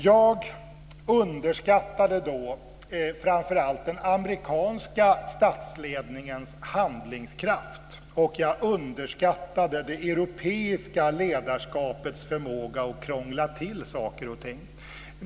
Jag underskattade då framför allt den amerikanska statsledningens handlingskraft, och jag underskattade det europeiska ledarskapets förmåga att krångla till saker och ting.